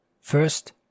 First